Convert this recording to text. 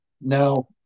Now